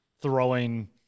throwing